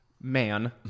man